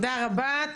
תודה רבה,